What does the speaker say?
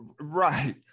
Right